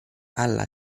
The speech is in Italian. alla